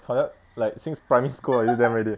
好像 like since primary school already them already